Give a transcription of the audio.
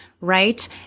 right